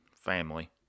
family